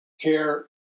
care